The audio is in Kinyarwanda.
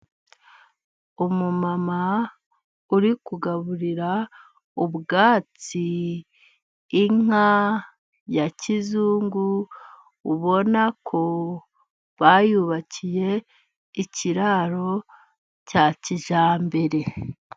Umumama uri kugaburira ubwatsi inka ya kizungu. Ubona ko bayubakiye ikiraro cya kijyambere.